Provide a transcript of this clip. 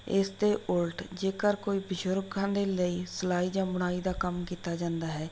ਇਸ ਦੇ ਉਲਟ ਜੇਕਰ ਕੋਈ ਬਜ਼ੁਰਗਾਂ ਦੇ ਲਈ ਸਿਲਾਈ ਜਾਂ ਬੁਣਾਈ ਦਾ ਕੰਮ ਕੀਤਾ ਜਾਂਦਾ ਹੈ